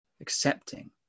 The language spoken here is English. accepting